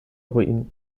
ruinen